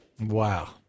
Wow